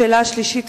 השאלה השלישית,